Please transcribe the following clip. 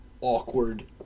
awkward